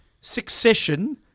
succession